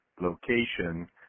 location